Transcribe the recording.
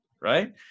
right